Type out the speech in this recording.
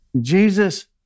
Jesus